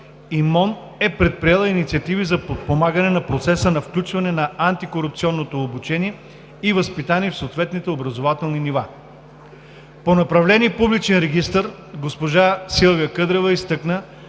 е предприела инициативи за подпомагане на процеса на включване на антикорупционното обучение и възпитание в съответните образователни нива. По направление „Публичен регистър“ госпожа Силвия Къдрева изтъкна,